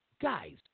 guys